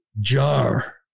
jar